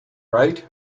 right